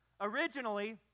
Originally